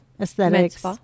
Aesthetics